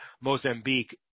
Mozambique